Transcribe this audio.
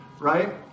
right